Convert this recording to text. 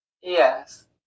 Yes